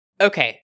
Okay